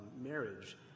marriage